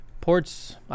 Ports